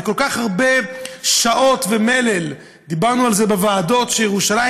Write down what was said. וכל כך הרבה שעות ומלל דיברנו על זה בוועדות שירושלים,